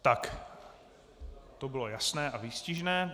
Tak, to bylo jasné a výstižné.